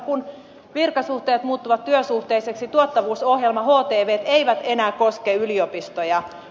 kun virkasuhteet muuttuvat työsuhteisiksi tuottavuusohjelman htvt eivät enää koske yliopistoja